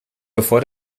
bevor